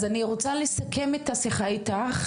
אז אני רוצה לסכם את השיחה איתך,